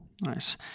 nice